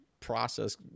process